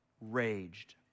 raged